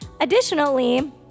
Additionally